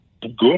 good